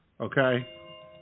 Okay